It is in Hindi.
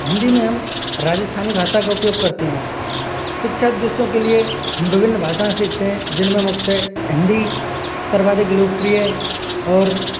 हिंदी में हम राजस्थानी भाषा का उपयोग करते हैं शिक्षा उद्देश्यों के लिए हम विभिन्न भाषाएँ सीखते हैं जिनमें मुख्यतः हिंदी सर्वाधिक लोकप्रिय है और